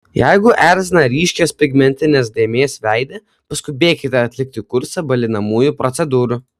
jeigu erzina ryškios pigmentinės dėmės veide paskubėkite atlikti kursą balinamųjų procedūrų